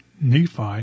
Nephi